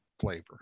flavor